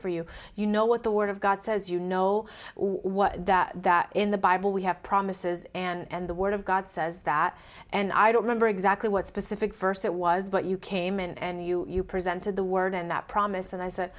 for you you know what the word of god says you know what that in the bible we have promises and the word of god says that and i don't remember exactly what specific verse it was but you came in and you presented the word and that promise and i said